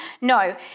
No